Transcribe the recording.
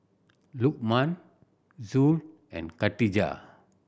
Lukman Zul and Khadija